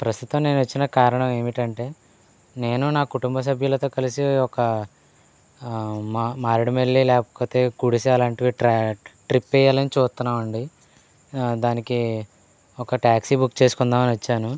ప్రస్తుతం నేనొచ్చిన కారణం ఏమిటంటే నేను నా కుటుంబ సభ్యులతో కలిసి ఒక మా మారేడుమల్లి లేకపోతే గుడెస అట్లాంటివి ట్రిప్పెయ్యాలని చూత్తన్నామండి దానికి ఒక టాక్సీ బుక్ చేసుకుందాం అని వచ్చాను